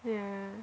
yeah